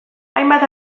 hainbat